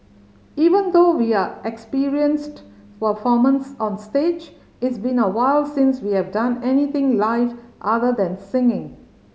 even though we are experienced performers on stage it's been a while since we have done anything live other than singing